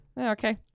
Okay